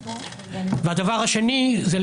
והדבר השני זה,